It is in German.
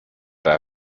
der